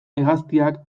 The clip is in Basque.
hegaztiak